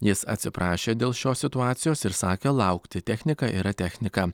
jis atsiprašė dėl šios situacijos ir sakė laukti technika yra technika